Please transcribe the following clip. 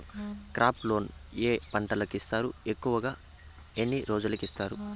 crop loan ఏ పంటలకు ఇస్తారు ఎక్కువగా ఎన్ని రోజులకి ఇస్తారు